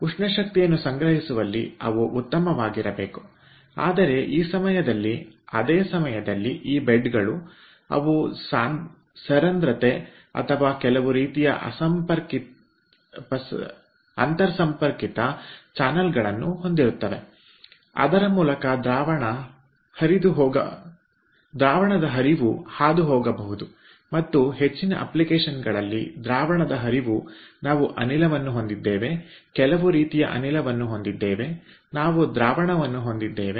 ಉಷ್ಣ ಶಕ್ತಿಯನ್ನು ಸಂಗ್ರಹಿಸುವಲ್ಲಿ ಅವು ಉತ್ತಮವಾಗಿರಬೇಕು ಆದರೆ ಈ ಸಮಯದಲ್ಲಿ ಅದೇ ಸಮಯದಲ್ಲಿ ಈ ಬೆಡ್ಗಳು ಅವು ಸರಂಧ್ರತೆ ಅಥವಾ ಕೆಲವು ರೀತಿಯ ಅಂತರ್ ಸಂಪರ್ಕಿತ ಚಾನಲ್ಗಳನ್ನು ಹೊಂದಿರುತ್ತವೆ ಅದರ ಮೂಲಕ ದ್ರಾವಣ ಹರಿವು ಹಾದುಹೋಗಬಹುದು ಮತ್ತು ಹೆಚ್ಚಿನ ಬಳಕೆಗಳಲ್ಲಿ ದ್ರಾವಣದ ಹರಿವು ನಾವು ಅನಿಲವನ್ನು ಹೊಂದಿದ್ದೇವೆ ಕೆಲವು ರೀತಿಯ ಅನಿಲವನ್ನು ಹೊಂದಿದ್ದೇವೆ ನಾವು ದ್ರವವನ್ನು ಹೊಂದಿದ್ದೇವೆ